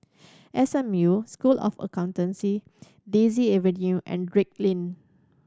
S M U School of Accountancy Daisy Avenue and Drake Lane